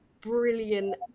brilliant